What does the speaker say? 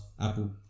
Apple